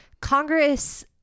Congress